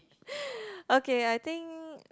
okay I think